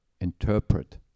interpret